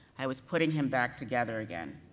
i was putting him back together again,